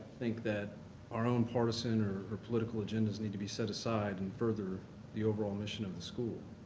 think that our own partisan or or political agendas need to be set aside and further the overall mission of the school.